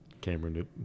Cameron